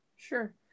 Sure